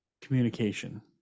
communication